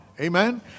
amen